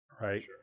right